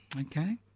Okay